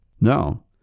No